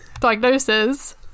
Diagnosis